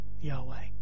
Yahweh